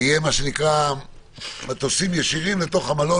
ויהיו מטוסים ישירים לתוך המלון,